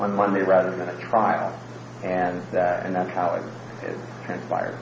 on monday rather than a trial and that and that's how it was transpired